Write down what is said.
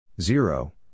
Zero